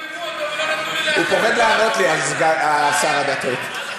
הוא פוחד לענות לי, שר הדתות.